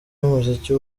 y’umuziki